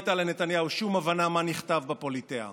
לנתניהו שום הבנה מה נכתב בפוליטיאה.